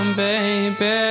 baby